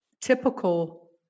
typical